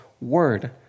word